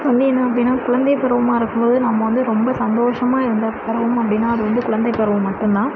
வந்து என்ன அப்படின்னா குழந்தை பருவமாக இருக்கும்போது நம்ம வந்து ரொம்ப சந்தோஷமாக இருந்த தருணம் அப்படின்னா அது வந்து குழந்தை பருவம் மட்டும் தான்